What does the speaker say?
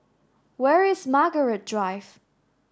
where is Margaret Drive